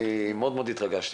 אני מאוד מאוד התרגשתי.